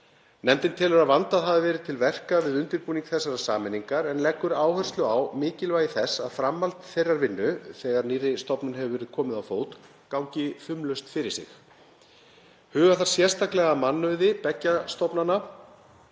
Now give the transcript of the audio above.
Nefndin telur að vandað hafi verið til verka við undirbúning þessarar sameiningar en leggur áherslu á mikilvægi þess að framhald þeirrar vinnu, þegar nýrri stofnun hefur verið komið á fót, gangi fumlaust fyrir sig. Huga þarf sérstaklega að mannauði beggja stofnana